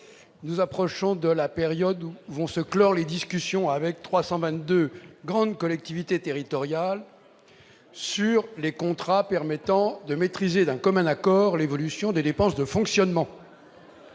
Nous approchons de la période où vont se clore les discussions, avec 322 grandes collectivités territoriales, sur les contrats permettant de maîtriser, d'un commun accord, l'évolution des dépenses de fonctionnement.